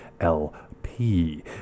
LP